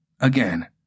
Again